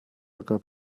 gab